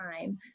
time